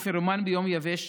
כפירומן ביום יבש,